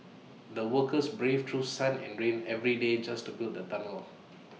the workers braved through sun and rain every day just to build the tunnel